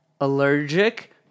allergic